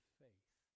faith